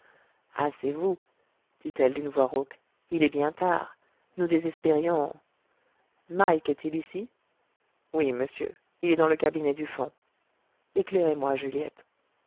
ah c'est vous dit-elle d'une voix rauque il est bien tard nous désespérions mike est-il ici oui monsieur il est dans le cabinet du fond éclairez-moi juliette